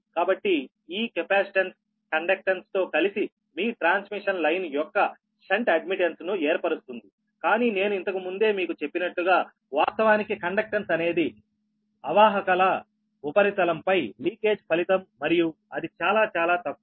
కాబట్టి ఈ కెపాసిటెన్స్ కండక్టెన్స్తో కలిసి మీ ట్రాన్స్మిషన్ లైన్ యొక్క షంట్ అడ్మిటెన్స్ను ఏర్పరుస్తుందికానీ నేను ఇంతకు ముందే మీకు చెప్పినట్లుగా వాస్తవానికి కండెక్టన్స్ అనేది అవాహకాల ఉపరితలంపై లీకేజ్ ఫలితం మరియు అది చాలా చాలా తక్కువ